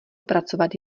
pracovat